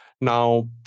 now